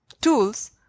tools